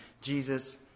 Jesus